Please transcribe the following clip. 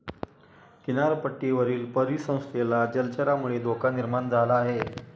किनारपट्टीवरील परिसंस्थेला जलचरांमुळे धोका निर्माण झाला आहे